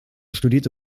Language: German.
studierte